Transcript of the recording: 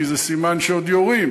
כי זה סימן שעוד יורים,